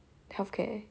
healthcare